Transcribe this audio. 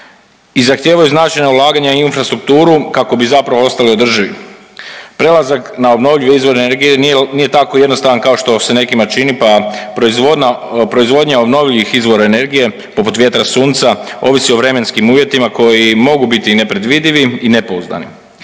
i zahtijevaju značajna ulaganja u infrastrukturu kako bi zapravo ostali održivi. Prelazak na obnovljive izvore energije nije tako jednostavan kao što se to nekima čini pa proizvodnja obnovljivih izvora energije, poput vjetra, sunca, ovisi o vremenskim uvjetima koji mogu biti i nepredvidivi i nepouzdani,